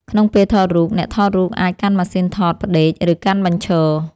ក្នុងពេលថតរូប អ្នកថតរូបអាចកាន់ម៉ាស៊ីនថតផ្ដេក ឬកាន់បញ្ឈរ។